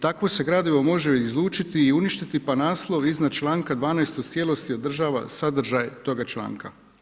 Takvo se gradivo može izlučiti i uništiti pa naslov iznad članka 12. u cijelosti održava sadržaj toga članka.